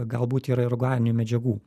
galbūt yra ir organinių medžiagų